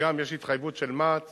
וגם יש התחייבות של מע"צ